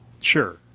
sure